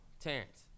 Terrence